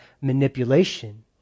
manipulation